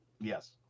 Yes